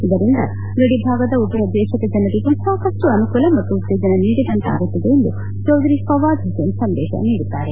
ಇದರಿಂದ ಗಡಿ ಭಾಗದ ಉಭಯ ದೇಶದ ಜನರಿಗೂ ಸಾಕಷ್ಟು ಅನುಕೂಲ ಮತ್ತು ಉತ್ತೇಜನ ನೀಡಿದಂತಾಗುತ್ತದೆ ಎಂದು ಚೌಧರಿ ಫವಾದ್ ಹುಸೇನ್ ಸಂದೇಶ ನೀಡಿದ್ದಾರೆ